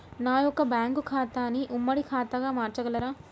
నా యొక్క బ్యాంకు ఖాతాని ఉమ్మడి ఖాతాగా మార్చగలరా?